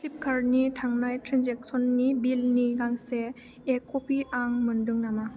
फ्लिपकार्टनि थांनाय ट्रेन्जेकसननि बिलनि गांसे इ कपि आं मोनदों नामा